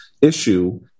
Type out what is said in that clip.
issue